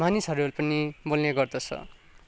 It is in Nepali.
मानिसहरू पनि बोल्ने गर्दछ